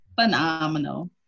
phenomenal